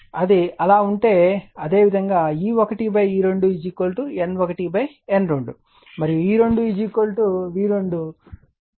అది అలా ఉంటే అదే విధంగా E1 E2 N1 N2 మరియు E2 V2 తెలుసు